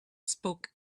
spoke